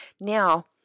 Now